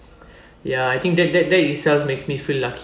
ya I think that that that itself makes me feel lucky